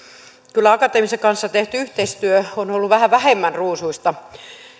kyllä akateemisen maailman kanssa tehty yhteistyö on ollut vähän vähemmän ruusuista